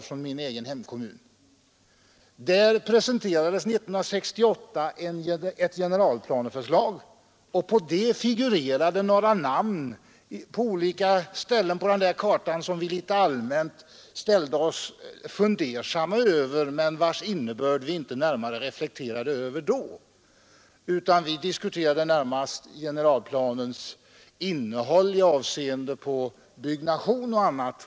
För i Göteborg presenterades 1968 ett generalplaneförslag, som bl.a. berörde Bergums socken, och i detta förekom på kartan namn som vi litet allmänt ställde oss fundersamma till men vars innebörd vi då inte närmare reflekterade över. Vi diskuterade främst generalplanens innehåll med avseende på byggnation och annat.